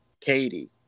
Katie